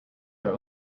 are